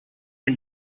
and